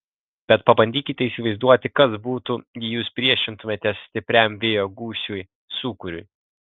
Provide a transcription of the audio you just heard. bet pabandykite įsivaizduoti kas būtų jei jūs priešintumėtės stipriam vėjo gūsiui sūkuriui